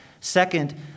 Second